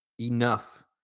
enough